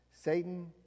Satan